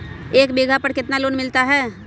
एक बीघा पर कितना लोन मिलता है?